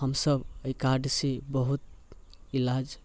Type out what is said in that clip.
हमसभ एहि कार्डसँ बहुत इलाज